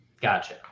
Gotcha